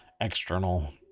external